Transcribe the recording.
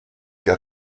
qu’à